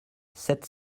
sept